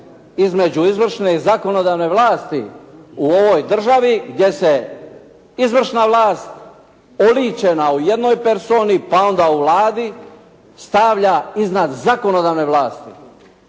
između izvršne i zakonodavne vlasti u ovoj državi gdje se izvršna vlast oličena u jednoj personi, pa onda u Vladi stavlja iznad zakonodavne vlasti,